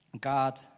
God